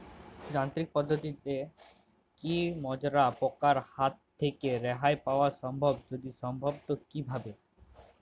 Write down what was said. যান্ত্রিক পদ্ধতিতে কী মাজরা পোকার হাত থেকে রেহাই পাওয়া সম্ভব যদি সম্ভব তো কী ভাবে?